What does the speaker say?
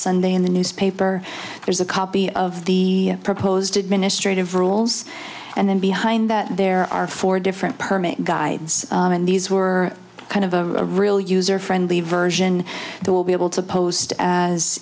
sunday in the newspaper there's a copy of the proposed administrative rules and then behind that there are four different permit guides and these were kind of a real user friendly version they will be able to post as